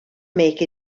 make